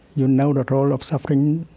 you know that all of suffering,